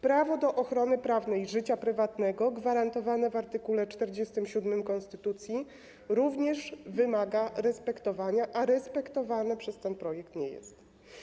Prawo do ochrony prawnej życia prywatnego gwarantowane w art. 47 konstytucji również wymaga respektowania, a respektowany przez ten projekt nie jest.